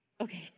Okay